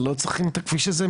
שלא צריך את הכביש הזה,